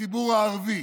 הציבור הערבי.